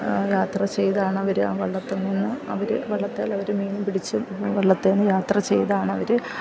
യാത്ര ചെയ്താണവർ ആ വള്ളത്തിൽ നിന്ന് അവർ വള്ളത്തിൽ അവർ മീൻ പിടിച്ചും വള്ളത്തിൽ യാത്ര ചെയ്താണ് അവർ